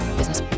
Business